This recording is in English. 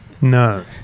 No